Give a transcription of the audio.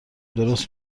درست